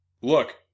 Look